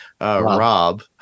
Rob